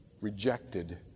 rejected